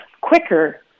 quicker